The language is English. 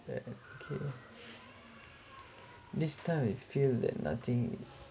uh okay this time I feel that nothing